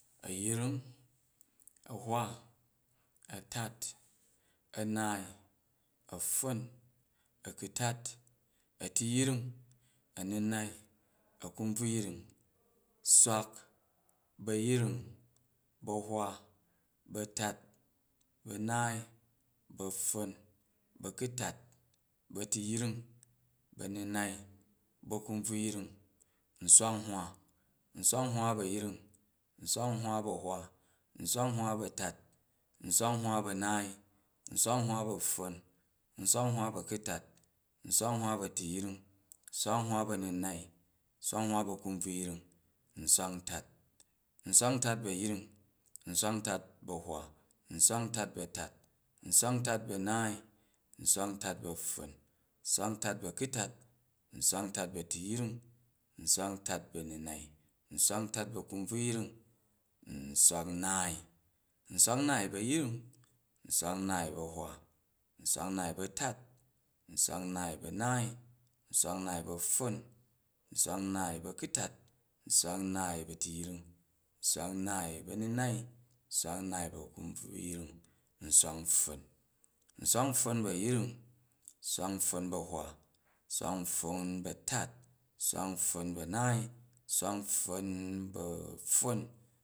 A̱yring, a̱hwa, a̱tat, a̱naai, a̱pffon, akutat, a̱tuyring, a̱nunai, a̱kun buruyring, swak, bu̱ ayring, bu̱ a̱hwa, bu̱ a̱tat, bu̱ a̱naai, bu̱ apffon, ba̱ a̱kulat, bu̱ a̱tuyung, bu̱ a̱nunai, bu̱ a̱kunbvuying, nswak nhwa, nswak nhwa bu̱ a̱yring, nswak nhwa bu̱ ahwa, nswak nhwa bu̱ a̱tat, nswak nhwa ba̱ a̱naai, nswak nhwa bu̱ a̱pffon, nswak nhwa ba̱ a̱kutat, nswak nhwa bu̱ atryring, nswak nhwa bu̱ a̱nunai, nswak nhwa bu̱ a̱kunbruyung, nswak ntat, nswak a̱tat bu̱ ayring, nswak ntat bu̱ a̱hwa, nswak ntat bu̱ a̱naai, nswak ntat ba̱ a̱pffon, nswak ntat ba̱ a̱kutat, nswak ntat bu̱ a̱tyring, nswak ntat bu̱ a̱nunai, nswak ntat bu̱ a̱kunbruyring, nswak nnaai, nswak nnaai bu̱ a̱yring, nswak nnaai bu̱ a̱hwa, nswak nnaai bu̱ a̱tat, nswak nnaai, nswak nnaai bu̱ a̱pffon, nswak nnaai bu̱ a̱kntat, nswak nnaai bu̱ a̱tuyung, nswak nnaai bu̱ a̱nunai, nswak nnaai bu̱ a̱kunbuyring, nswak npffon, nswak npffon bu̱ a̱yring, nswak npffon bu̱ a̱hwa, nswak npffon bu a̱tat, nswak npffon bu̱ a̱naai, nswak apffon bu̱ a̱pffon.